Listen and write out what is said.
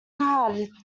gad